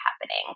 happening